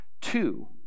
Two